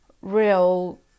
real